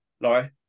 Laurie